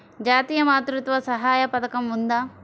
జాతీయ మాతృత్వ సహాయ పథకం ఉందా?